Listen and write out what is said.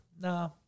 nah